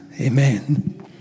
amen